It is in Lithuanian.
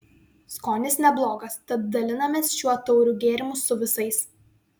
skonis neblogas tad dalinamės šiuo tauriu gėrimu su visais